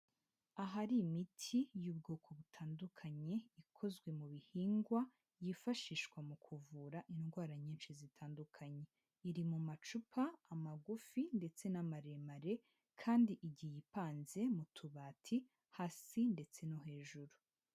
Ahari imiti y'ubwoko butandukanye, ikozwe mu bihingwa yifashishwa mu kuvura indwara nyinshi zitandukanye, iri mu macupa amagufi ndetse n'amaremare kandi igihe ipanze mu tubati hasi ndetse no hejuru.